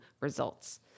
results